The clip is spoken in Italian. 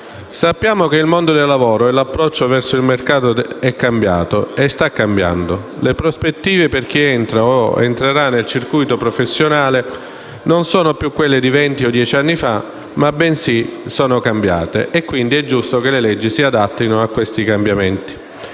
Sappiamo che il mondo del lavoro e l’approccio verso il mercato sono cambiati e stanno cambiando. Le prospettive per chi entra o entrerà nel circuito professionale non sono più quelle di dieci o venti anni fa, ma sono cambiate, ed è giusto che le leggi si adattino a tali cambiamenti.